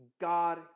God